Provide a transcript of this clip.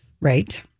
right